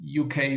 UK